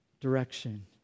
Direction